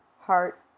heart